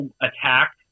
attack